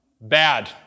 Bad